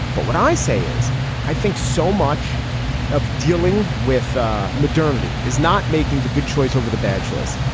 but what i say is i think so much of dealing dealing with ah modernity is not making the good choice over the bad choice.